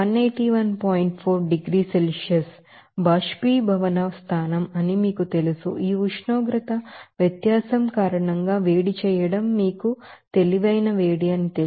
4 డిగ్రీల Celsius boiling point అని మీకు తెలుసు ఈ ఉష్ణోగ్రత వ్యత్యాసం కారణంగా వేడి చేయడం మీకు తెలివైన వేడి తెలుసు